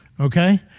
okay